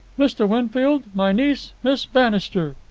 mr. winfield, my niece, miss bannister.